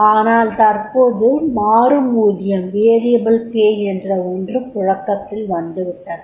ஆனால் தற்போது 'மாறும் ஊதியம்' என்ற ஒன்று புழக்கத்தில் வந்துவிட்டது